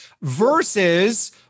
versus